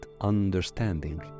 understanding